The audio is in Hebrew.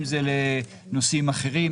אם זה לנושאים אחרים,